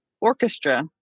orchestra